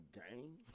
game